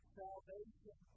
salvation